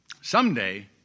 Someday